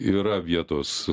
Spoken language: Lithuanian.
yra vietos